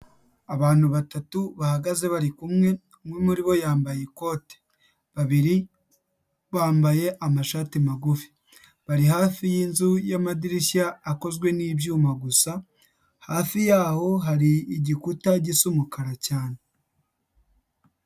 Abantu batatu bahagaze bari kumwe, umwe muri bo yambaye ikote, babiri bambaye amashati magufi bari hafi y'inzu y'amadirishya akozwe n'ibyuma gusa hafi yaho hari igikuta gisa umukara cyane.